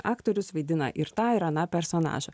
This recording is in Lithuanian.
aktorius vaidina ir tą ir aną personažą